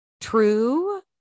true